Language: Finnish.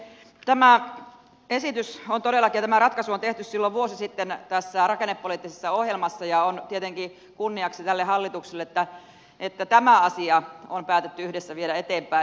tämä esitys ja tämä ratkaisu on todellakin tehty silloin vuosi sitten tässä rakennepoliittisessa ohjelmassa ja on tietenkin kunniaksi tälle hallitukselle että tämä asia on päätetty yhdessä viedä eteenpäin